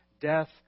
Death